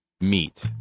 meet